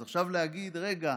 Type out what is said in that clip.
אז עכשיו להגיד: רגע,